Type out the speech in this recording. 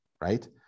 right